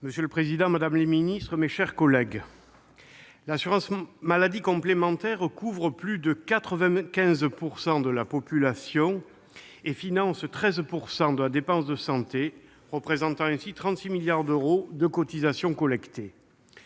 Monsieur le président, madame la ministre, mes chers collègues, l'assurance maladie complémentaire couvre plus de 95 % de la population française et finance 13 % de notre dépense de santé, représentant ainsi 36 milliards d'euros de cotisations collectées.